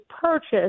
purchase